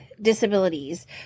disabilities